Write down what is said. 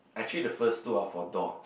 actually the first two are for dogs